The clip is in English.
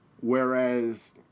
Whereas